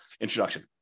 introduction